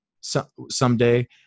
someday